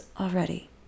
already